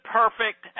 perfect